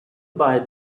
buy